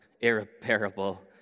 irreparable